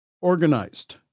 organized